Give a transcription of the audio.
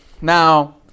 Now